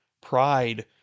Pride